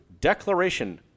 declaration